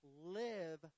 live